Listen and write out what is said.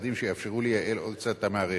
הצעדים שיאפשרו לייעל עוד קצת את המערכת.